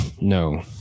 No